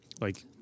like-